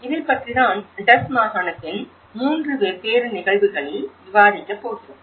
இதைப்பற்றி தான் டஸ் மாகாணத்தின் 3 வெவ்வேறு நிகழ்வுகளில் விவாதிக்கப் போகிறோம்